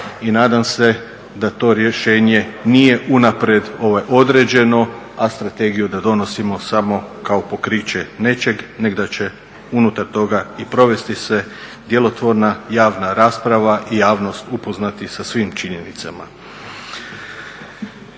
i nadam se da to rješenje nije unaprijed određeno, a strategiju da donosimo samo kao pokriće nečeg, nego da će unutar toga i provesti se djelotvorna javna rasprava i javnost upoznati sa svim činjenicama.